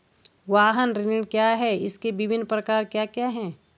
वाहन ऋण क्या है इसके विभिन्न प्रकार क्या क्या हैं?